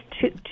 two